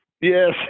Yes